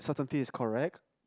certainty is correct